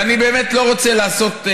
ואני באמת לא רוצה לעשות הכללה.